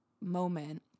moment